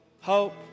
hope